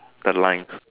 the lines